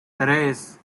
tres